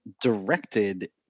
directed